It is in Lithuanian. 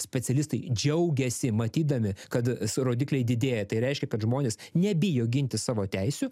specialistai džiaugiasi matydami kad a su rodikliai didėja tai reiškia kad žmonės nebijo ginti savo teisių